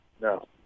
no